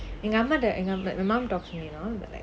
எங்க அம்மாட்ட எங்க:enga ammatta enga my mum talking you know